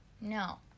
No